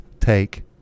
take